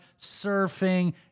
surfing